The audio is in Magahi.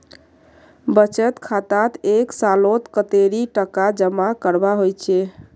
बचत खातात एक सालोत कतेरी टका जमा करवा होचए?